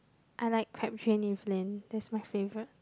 I like Crabtree and Evelyn that's my favourite